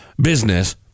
business